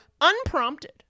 unprompted